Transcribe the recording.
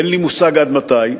אין לי מושג עד מתי,